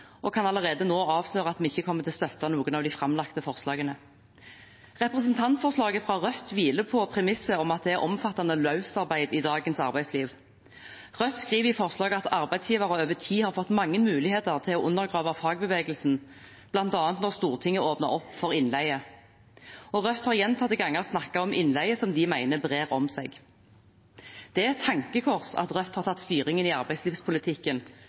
og kan allerede nå avsløre at vi ikke kommer til å støtte noen av de framlagte forslagene. Representantforslaget fra Rødt hviler på premisset om at det er omfattende løsarbeid i dagens arbeidsliv. Rødt har skrevet i et forslag at arbeidsgivere over tid har fått mange muligheter til å undergrave fagbevegelsen, bl.a. da Stortinget åpnet opp for innleie. Og Rødt har gjentatte ganger snakket om innleie, som de mener brer om seg. Det er et tankekors at Rødt har tatt styringen i arbeidslivspolitikken